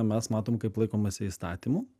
mes matom kaip laikomasi įstatymų